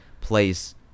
place